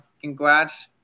congrats